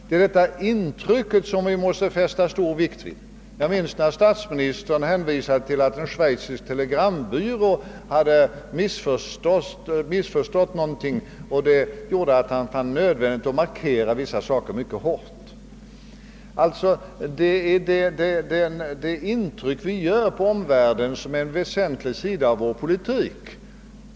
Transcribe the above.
Detta intryck måste vi fästa stor vikt vid. Jag minns när statsministern hänvisade till att en schweizisk telegrambyrå hade missförstått någonting, vilket gjorde att han fann det nödvändigt att markera vissa saker mycket hårt. Intrycket på omvärlden är alltså en väsentlig sida av vår politik.